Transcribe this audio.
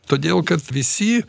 todėl kad visi